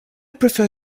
prefer